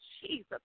Jesus